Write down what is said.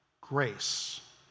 grace